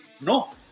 no